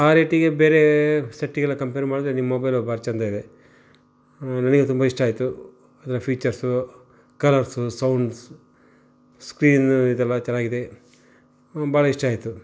ಆ ರೇಟಿಗೆ ಬೇರೆ ಸೆಟ್ಟಿಗೆಲ್ಲ ಕಂಪೇರ್ ಮಾಡಿದ್ರೆ ನಿಮ್ಮ ಮೊಬೈಲ್ ಭಾರೀ ಚೆಂದ ಇದೆ ನನಗೆ ತುಂಬ ಇಷ್ಟ ಆಯಿತು ಎಲ್ಲ ಫೀಚರ್ಸು ಕಲರ್ಸು ಸೌಂಡ್ಸ್ ಸ್ಕ್ರೀನು ಇದೆಲ್ಲ ಚೆನ್ನಾಗಿದೆ ಭಾಳ ಇಷ್ಟಾಯಿತು